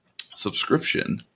Subscription